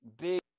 big